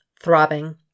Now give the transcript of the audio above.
throbbing